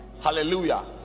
hallelujah